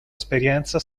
esperienza